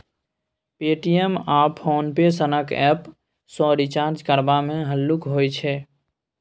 Paytm आ PhonePe सनक app सँ रिचार्ज करबा मे हल्लुक होइ छै